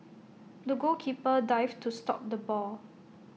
the goalkeeper dived to stop the ball